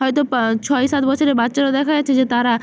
হয়তো ছয় সাত বছরের বাচ্চারা দেখা যাচ্ছে যে তারা